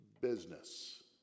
business